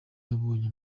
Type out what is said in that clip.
yabonye